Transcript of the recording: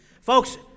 Folks